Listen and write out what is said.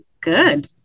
Good